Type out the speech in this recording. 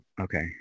okay